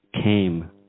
came